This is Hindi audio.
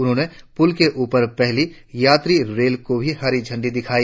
उन्होंने पुल के ऊपर पहली यात्री रेल को भी हरी झंडी दिखायी